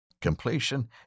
Completion